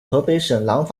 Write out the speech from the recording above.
河北省